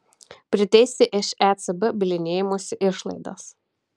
priteisti iš ecb bylinėjimosi išlaidas